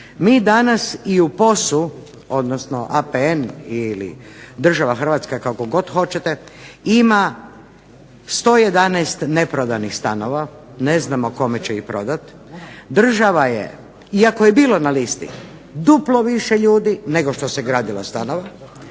Mi danas i u POS-u odnosno APN ili država Hrvatska, kako god hoćete, ima 111 neprodanih stanova, ne znamo kome će ih prodati. Država je, iako je bilo na listi duplo više ljudi nego što se gradilo stanova,